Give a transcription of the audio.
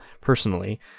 personally